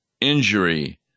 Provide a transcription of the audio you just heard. injury